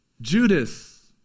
Judas